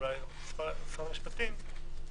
אולי את משרד המשפטים,